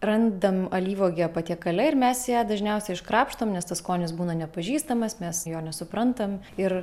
randam alyvuogę patiekale ir mes ją dažniausiai iškrapštom nes tas skonis būna nepažįstamas mes jo nesuprantam ir